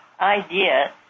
idea